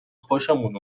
خوشمون